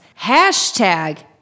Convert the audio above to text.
Hashtag